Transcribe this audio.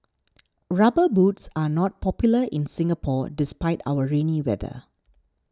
rubber boots are not popular in Singapore despite our rainy weather